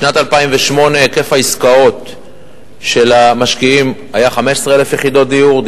בשנת 2008 היה היקף העסקאות של המשקיעים 15,000 יחידות דירות,